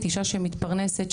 אישה שמתפרנסת,